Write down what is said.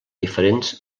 diferents